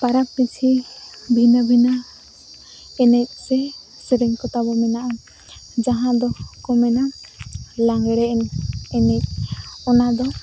ᱯᱟᱨᱟᱵᱽ ᱯᱤᱪᱷᱤ ᱵᱷᱤᱱᱟᱹ ᱵᱷᱤᱱᱟᱹ ᱮᱱᱮᱡ ᱥᱮ ᱥᱮᱨᱮᱧ ᱠᱚᱛᱟᱵᱚ ᱢᱮᱱᱟᱜᱼᱟ ᱡᱟᱦᱟᱸ ᱫᱚᱠᱚ ᱢᱮᱱᱟ ᱞᱟᱸᱜᱽᱲᱮ ᱮᱱᱮᱡ ᱚᱱᱟᱫᱚ